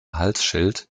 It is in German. halsschild